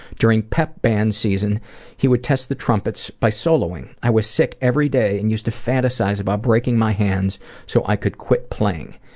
during pep band season he would test the trumpets by soloing. i was sick every day and used to fantasize about breaking my hands so i could quit playing.